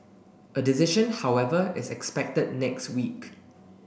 a decision however is expected next week